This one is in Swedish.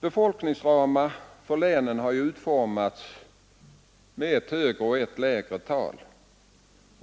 Befolkningsramarna för länet har utformats med ett högre och ett lägre tal.